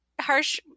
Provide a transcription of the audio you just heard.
harsh